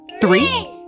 Three